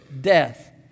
death